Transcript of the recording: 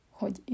hogy